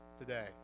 today